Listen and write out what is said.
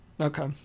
Okay